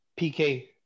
PK